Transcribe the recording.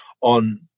on